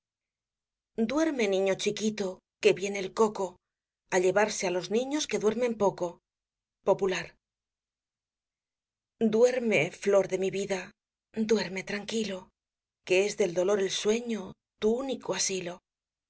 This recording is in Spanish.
duerme niño chiquito que viene el coco á llevarse á los niños que duermen poco popular duerme flor de mi vida duerme tranquilo que es del dolor el sueño tu único asilo